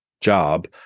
job